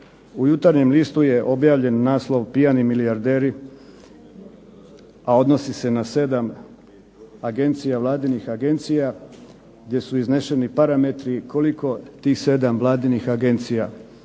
u "Jutarnjem listu" je objavljen naslov "pijani milijarderi" a odnosi se na sedam agencija, vladinih agencija gdje su izneseni parametri koliko tih sedam vladinih agencija